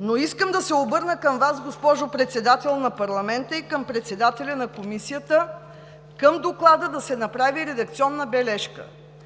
Но искам да се обърна към Вас, госпожо Председател на парламента, и към председателя на Комисията към Доклада да се направи редакционна бележка: